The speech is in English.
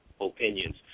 opinions